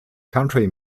country